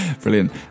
Brilliant